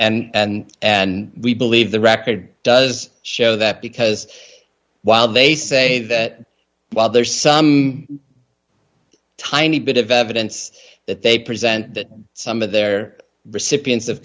threat and and we believe the record does show that because while they say that while there is some tiny bit of evidence that they present that some of their recipients of